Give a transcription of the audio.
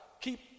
keep